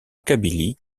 kabylie